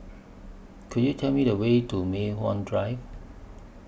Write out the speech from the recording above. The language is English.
Could YOU Tell Me The Way to Mei Hwan Drive